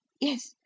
Yes